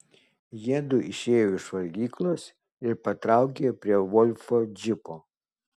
jiedu išėjo iš valgyklos ir patraukė prie volfo džipo